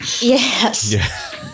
Yes